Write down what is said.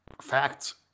Facts